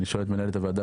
אני שואל את מנהלת הוועדה,